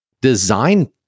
Design